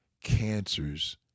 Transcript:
cancers